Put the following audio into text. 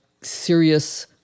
serious